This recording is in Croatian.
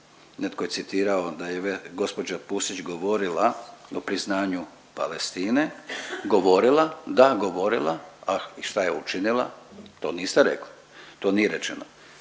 netko citirao da je gospođa Pusić govorila o priznanju Palestine, govorila da govorila i šta je učinila? To niste rekli, to nije rečeno.